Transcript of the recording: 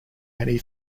many